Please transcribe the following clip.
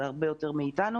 הרבה יותר מאתנו